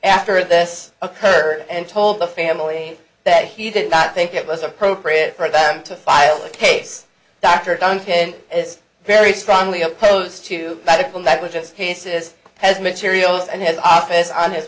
after this occurred and told the family that he did not think it was appropriate for them to file the case dr duncan is very strongly opposed to medical negligence cases has materials and has office on his